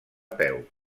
peu